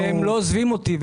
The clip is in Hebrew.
והם לא עוזבים אותי.